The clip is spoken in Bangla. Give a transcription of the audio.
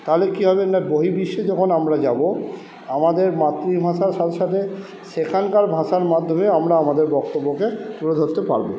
তাহলে কি হবে না বহির্বিশ্বে যখন আমরা যাবো আমাদের মাতৃভাষার সাথে সাথে সেখানকার ভাষার মাধ্যমে আমরা আমাদের বক্তব্যকে তুলে ধরতে পারবো